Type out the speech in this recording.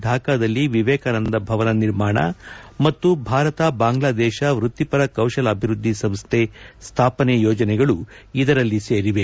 ಢಾಕಾದಲ್ಲಿ ವಿವೇಕಾನಂದ ಭವನ ನಿರ್ಮಾಣ ಮತ್ತು ಭಾರತ ಬಾಂಗ್ಲಾದೇಶ ವೃತ್ತಿಪರ ಕೌಶಲಾಭಿವೃದ್ದಿ ಸಂಸ್ಟೆ ಸ್ಥಾಪನೆ ಯೋಜನೆಗಳು ಇದರಲ್ಲಿ ಸೇರಿವೆ